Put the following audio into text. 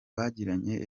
bagiranye